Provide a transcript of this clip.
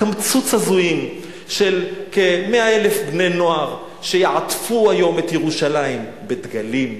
קמצוץ הזויים של כ-100,000 בני-נוער שיעטפו היום את ירושלים בדגלים,